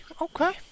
okay